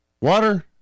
Water